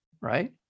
right